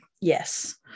Yes